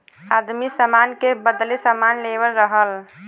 आदमी सामान के बदले सामान लेवत रहल